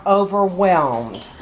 overwhelmed